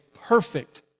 perfect